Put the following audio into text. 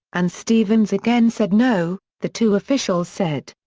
and stevens again said no, the two officials said.